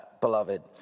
beloved